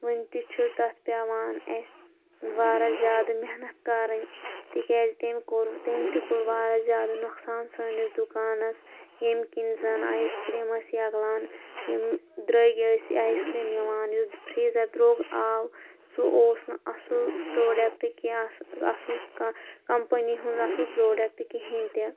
وُنہِ تہِ چھِ تتھ پیٚوان اسہِ وارہ زیادٕ محنت کَرٕنۍ تِکیٛازِ تٔمۍ کوٚر تٔمۍ تہِ کوٚر واریاہ زیادٕ نۄقصان سٲنِس دُکانس ییٚمہِ کِنۍ زن آیس کریٖم ٲس یگلان یِم درٛوٚگۍ ٲسۍ آیس کرٛیٖم یِوان یُس فرٛیٖزر درٛوٚگ آو سُہ اوس نہٕ اصٕل پرٛوڈکٹہٕ کیٚنٛہہ اصٕل کمپٔنی ہُنٛد اصٕل پرٛوڈکٹہٕ کِہیٖنۍ تہِ